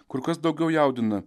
kur kas daugiau jaudina